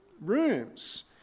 rooms